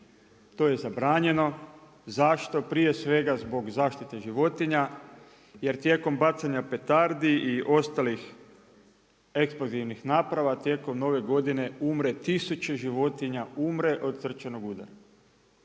to je zabranjeno. Zašto? Prije svega zbog zaštite životinja jer tijekom bacanja petardi i ostalih eksplozivnih naprava, tijekom nove godine umre tisuće životinja umre od srčanog udara,